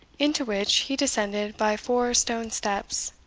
into which he descended by four stone steps,